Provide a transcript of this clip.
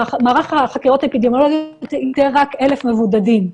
מערך החקירות האפידמיולוגי איתר רק 1,000 מבודדים,